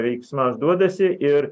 veiksmams duodasi ir